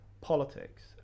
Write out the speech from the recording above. politics